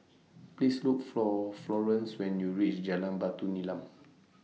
Please Look For Florence when YOU REACH Jalan Batu Nilam